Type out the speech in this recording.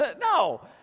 No